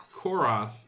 Koroth